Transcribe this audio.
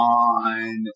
on